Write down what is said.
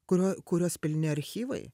kurio kurios pilni archyvai